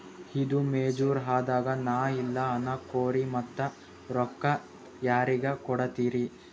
ಈದು ಮೆಚುರ್ ಅದಾಗ ನಾ ಇಲ್ಲ ಅನಕೊರಿ ಮತ್ತ ರೊಕ್ಕ ಯಾರಿಗ ಕೊಡತಿರಿ?